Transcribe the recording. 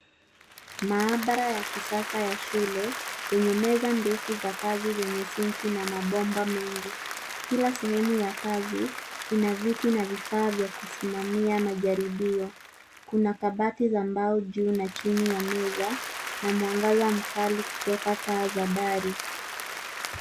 Maabara ya kisasa ya shule yenye meza ndefu za kazi zenye [cs ] sinki[cs ] na mabomba mengi. Kila sehemu ya kazi ina viti na vifaa vya akisimamia majaribio. Kuna kabati za mbao juu na chini ya meza na mwangaza mkali kutoka taa za dari.